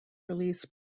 release